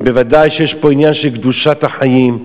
ודאי שיש פה עניין של קדושת החיים,